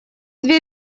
две